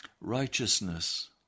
righteousness